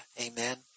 Amen